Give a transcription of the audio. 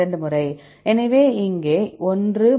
இரண்டு முறை எனவே இங்கே ஒன்று மற்றும் இங்கே ஒன்று 2 Es